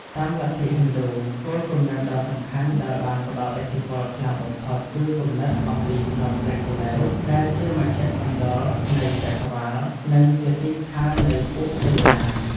តាមលទ្ធិហិណ្ឌូ គោលគំនិតដ៏សំខាន់ដែលបានផ្តល់ឥទ្ធិពលខ្លាំងបំផុតគឺគំនិតអំពីភ្នំព្រះសុមេរុដែលជាមជ្ឈមណ្ឌលនៃចក្រវាឡនិងជាទីស្ថាននៃពួកទេវតា។